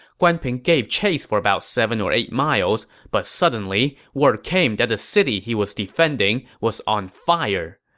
guan ping gave chase for about seven or eight miles, but suddenly, word came that the city he was defending was on fire.